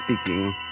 speaking